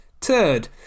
turd